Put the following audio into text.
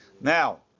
Now